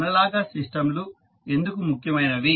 analogous సిస్టంలు ఎందుకు ముఖ్యమైనవి